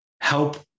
help